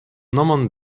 nomon